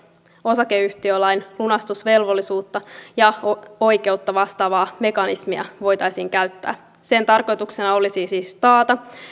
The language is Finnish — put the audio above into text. osakeyhtiölain lunastusvelvollisuutta ja oikeutta vastaavaa mekanismia voitaisiin käyttää sen tarkoituksena olisi siis taata